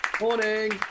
Morning